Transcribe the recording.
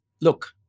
look